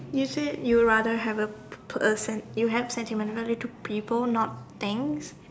you said you rather have a you you have a sentimental value to people not things